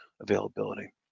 availability